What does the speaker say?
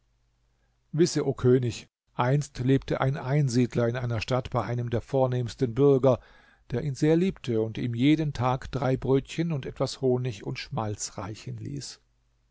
wisse o könig einst lebte ein einsiedler in einer stadt bei einem der vornehmsten bürger der ihn sehr liebte und ihm jeden tag drei brötchen und etwas honig und schmalz reichen ließ